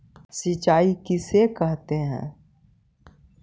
सिंचाई किसे कहते हैं?